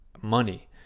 money